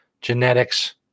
genetics